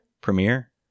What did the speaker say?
Premiere